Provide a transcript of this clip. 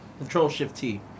Control-Shift-T